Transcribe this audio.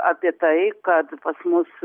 apie tai kad pas mus